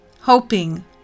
hoping